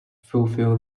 fulfill